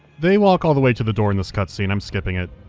they walk all the way to the door in this cutscene i'm skipping it.